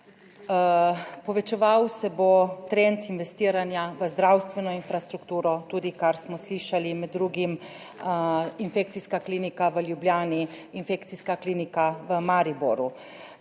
Povečeval se bo trend investiranja v zdravstveno infrastrukturo, tudi kar smo slišali med drugim, infekcijska klinika v Ljubljani, infekcijska klinika v Mariboru.